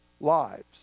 lives